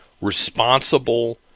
responsible